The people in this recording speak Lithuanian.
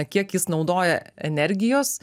kiek jis naudoja energijos